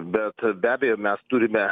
bet be abejo mes turime